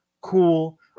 cool